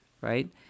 right